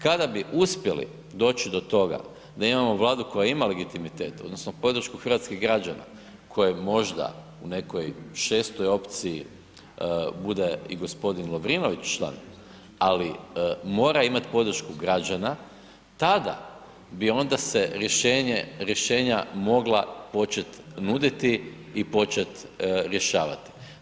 Kada bi uspjeli doći do toga da imamo Vladu koja ima legitimitet, odnosno podršku hrvatskih građana koje možda u nekoj 6. opciji bude i g. Lovrinović član, ali mora imati podršku građana, tada bi onda se rješenje rješenja mogla početi nuditi i početi rješavati.